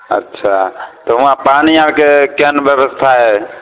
अच्छा तऽ वहाँ पानि आओरके केहन व्यवस्था हइ